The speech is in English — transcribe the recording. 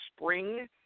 spring